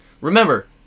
Remember